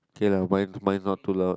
okay lah mine mine not too loud